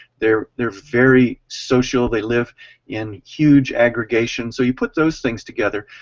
they're they're very social, they live in huge aggregations. so you put those things together,